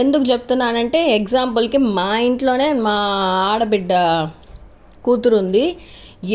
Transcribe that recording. ఎందుకు చెప్తున్నానంటే ఎగ్జామ్పుల్కి మా ఇంట్లోనే మా ఆడబిడ్డ కూతురు ఉంది